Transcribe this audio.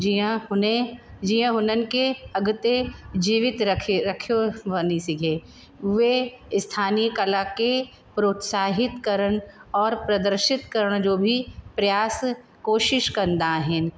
जीअं हुन जीअं हुननि खे अॻिते जीवित रख रखियो वञी सघे उहे इस्थानीय कला खे प्रोत्साहित करनि और प्रदर्शित करण जो बि प्रयास कोशिश कंदा आहिनि